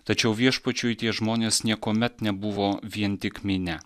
tačiau viešpačiui tie žmonės niekuomet nebuvo vien tik minia